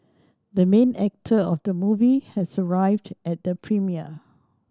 the main actor of the movie has arrived at the premiere